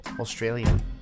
Australian